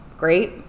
great